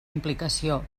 implicació